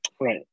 Right